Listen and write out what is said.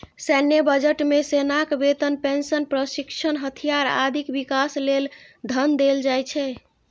सैन्य बजट मे सेनाक वेतन, पेंशन, प्रशिक्षण, हथियार, आदिक विकास लेल धन देल जाइ छै